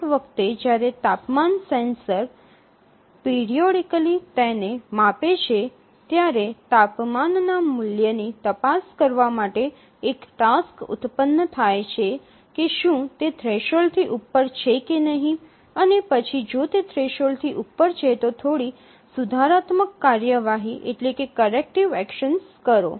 દરેક વખતે જ્યારે તાપમાન સેન્સર પિરિયોડિકલી તેને માપે છે ત્યારે તાપમાનના મૂલ્યની તપાસ કરવા માટે એક ટાસ્ક ઉત્પન્ન થાય છે કે શું તે થ્રેશોલ્ડથી ઉપર છે કે નહીં અને પછી જો તે થ્રેશોલ્ડથી ઉપર છે તો થોડી સુધારણાત્મક કાર્યવાહી કરો